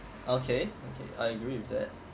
okay okay I agree with that